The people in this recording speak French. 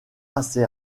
assez